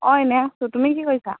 অঁ এনেই আছোঁ তুমি কি কৰিছা